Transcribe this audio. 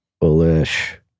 bullish